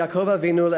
בן יעקב אבינו,